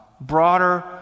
broader